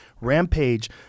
Rampage